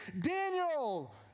Daniel